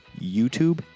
youtube